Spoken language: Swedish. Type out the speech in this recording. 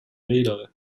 vidare